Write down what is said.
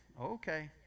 okay